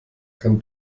kann